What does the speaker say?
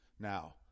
Now